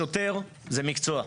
שוטר זה מקצוע,